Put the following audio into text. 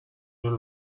your